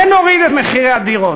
ונוריד את מחירי הדירות.